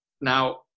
Now